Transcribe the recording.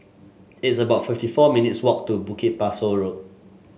it's about fifty four minutes walk to Bukit Pasoh Road